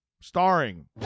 starring